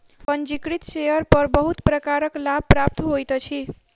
पंजीकृत शेयर पर बहुत प्रकारक लाभ प्राप्त होइत अछि